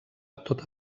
tota